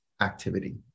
activity